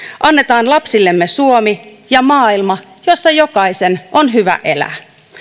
annetaan lapsillemme suomi ja maailma jossa jokaisen on hyvä elää